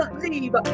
leave